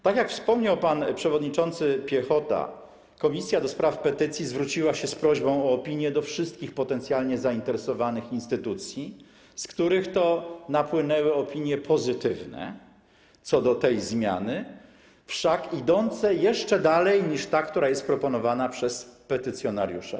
Tak jak wspomniał pan przewodniczący Piechota, Komisja do Spraw Petycji zwróciła się z prośbą o opinię do wszystkich potencjalnie zainteresowanych i instytucji, od których napłynęły opinie pozytywne co do tej zmiany, wszak idące jeszcze dalej niż ta, która jest proponowana przez petycjonariusza.